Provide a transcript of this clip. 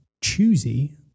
choosy